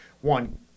one